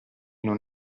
non